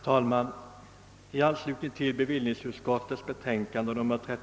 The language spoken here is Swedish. Herr talman!